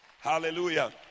Hallelujah